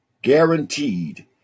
guaranteed